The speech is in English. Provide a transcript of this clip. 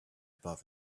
above